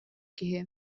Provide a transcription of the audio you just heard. киһи